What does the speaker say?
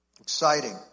Exciting